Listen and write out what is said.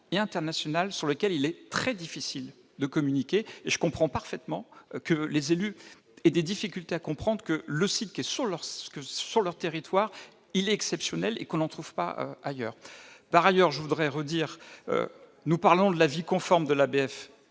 ou internationaux, sur lesquels il est très difficile de communiquer. Et je comprends parfaitement que les élus aient des difficultés à comprendre que le site qui est sur leur territoire est exceptionnel et que l'on n'en trouve pas de pareil ailleurs. Par ailleurs, je veux le répéter, nous parlons de l'avis conforme des ABF,